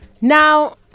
now